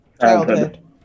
Childhood